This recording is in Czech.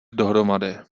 dohromady